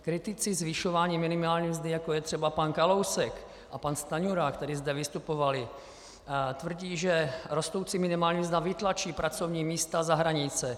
Kritici zvyšování minimální mzdy, jako je třeba pan Kalousek a pan Stanjura, kteří zde vystupovali, tvrdí, že rostoucí minimální mzda vytlačí pracovní místa za hranice.